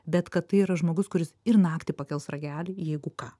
bet kad tai yra žmogus kuris ir naktį pakels ragelį jeigu ką